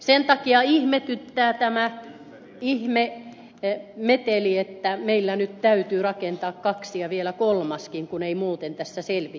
sen takia ihmetyttää tämä meteli että meillä nyt täytyy rakentaa kaksi ja vielä kolmaskin uusi ydinvoimala kun ei muuten tässä selvittäisi